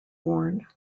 born